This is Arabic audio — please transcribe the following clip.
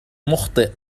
مخطئ